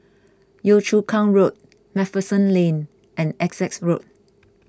Yio Chu Kang Road MacPherson Lane and Essex Road